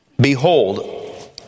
Behold